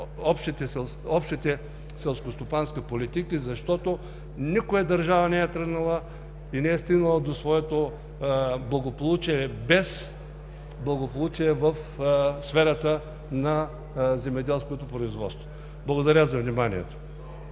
Общата селскостопанска политика, защото никоя държава не е тръгнала и не е стигнала до своето благополучие без благополучие в сферата на земеделското производство. Благодаря Ви за вниманието.